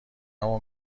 مون